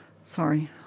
sorry